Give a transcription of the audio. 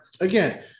again